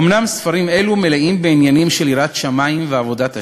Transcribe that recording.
אומנם ספרים אלו מלאים בעניינים של יראת שמים ועבודת השם,